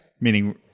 Meaning